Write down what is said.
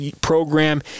program